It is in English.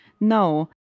No